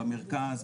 במרכז,